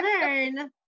learn